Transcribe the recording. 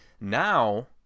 now